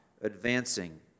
advancing